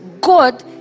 God